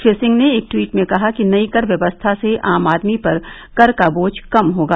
श्री सिंह ने एक ट्वीट में कहा कि नई कर व्यवस्था से आम आदमी पर कर का बोझ कम होगा